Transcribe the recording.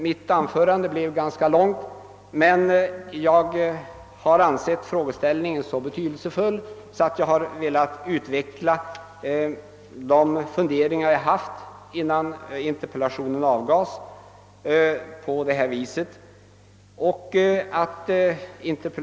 Mitt anförande blev ganska långt, men jag har ansett frågan så betydelsefull, att jag har velat redogöra för de funderingar som jag hade innan jag ställde interpellationen.